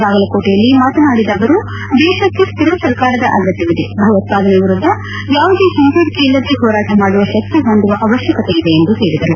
ಬಾಗಲಕೋಟೆಯಲ್ಲಿ ಮಾತನಾಡಿದ ಅವರು ದೇಶಕ್ಕೆ ಸ್ಥಿರ ಸರ್ಕಾರದ ಅಗತ್ಯವಿದೆ ಭಯೋತ್ಪಾದನೆ ವಿರುದ್ಧ ಯಾವುದೇ ಹಿಂಜರಿಕೆ ಇಲ್ಲದೆ ಹೋರಾಟ ಮಾಡುವ ಶಕ್ತಿ ಹೊಂದುವ ಅವಶ್ಯಕತೆ ಇದೆ ಎಂದು ಹೇಳಿದರು